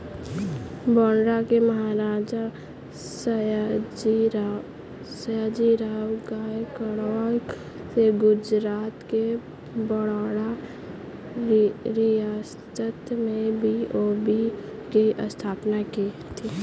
बड़ौदा के महाराजा, सयाजीराव गायकवाड़ ने गुजरात के बड़ौदा रियासत में बी.ओ.बी की स्थापना की